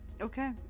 Okay